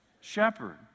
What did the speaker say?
shepherd